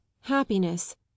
happiness